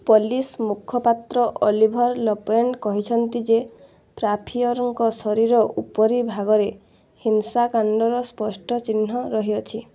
police ମୁଖପାତ୍ର Oliver Lapointe କହିଛନ୍ତି ଯେ ଫ୍ରାପିୟରଙ୍କ ଶରୀର ଉପରି ଭାଗରେ ହିଂସାକାଣ୍ଡର ସ୍ପଷ୍ଟ ଚିହ୍ନ ରହିଅଛି